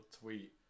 tweet